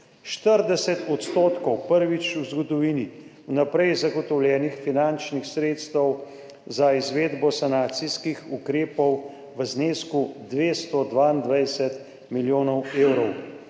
40 % prvič v zgodovini vnaprej zagotovljenih finančnih sredstev za izvedbo sanacijskih ukrepov v znesku 222 milijonov evrov,